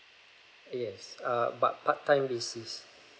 yes err but part time basis